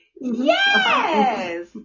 Yes